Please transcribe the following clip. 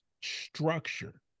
structure